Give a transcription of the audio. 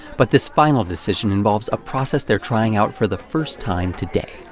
but this final decision involves a process they're trying out for the first time today.